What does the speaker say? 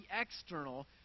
external